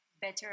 better